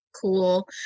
cool